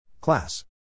Class